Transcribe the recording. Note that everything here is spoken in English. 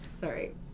sorry